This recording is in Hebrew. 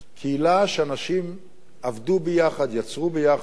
קהילה שאנשים עבדו בה ביחד, יצרו בה ביחד,